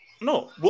No